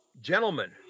gentlemen